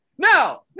No